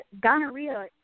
gonorrhea